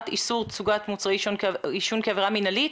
איסור תצוגת מוצרי עישון כעבירה מינהלית.